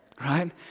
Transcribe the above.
right